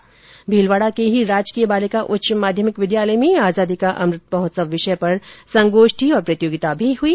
वहीं भीलवाड़ा के ही राजकीय बालिका उच्च माध्यमिक विद्यालय में आजादी का अमृत महोत्सव विषय पर संगोष्ठी और प्रतियोगिता भी हुई